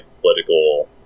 political